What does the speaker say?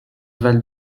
val